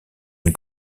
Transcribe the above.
une